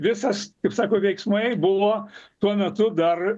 visas kaip sako veiksmai buvo tuo metu dar